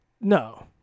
No